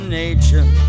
nature